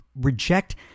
reject